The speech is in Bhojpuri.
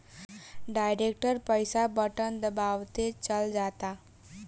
डायरेक्ट पईसा बटन दबावते चल जाता